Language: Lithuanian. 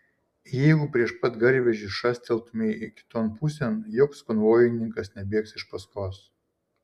jeigu prieš pat garvežį šastelėtumei kiton pusėn joks konvojininkas nebėgs iš paskos